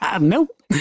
Nope